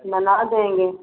बना देंगे